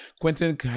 Quentin